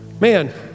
man